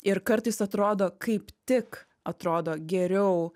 ir kartais atrodo kaip tik atrodo geriau